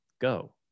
go